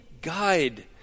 guide